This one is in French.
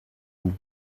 vous